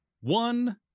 one